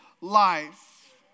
life